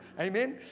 Amen